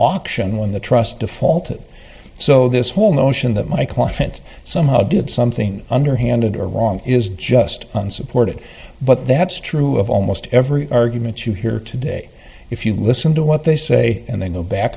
auction when the trust defaulted so this whole notion that my client somehow did something underhanded or wrong is just unsupported but that's true of almost every argument you hear today if you listen to what they say and then go back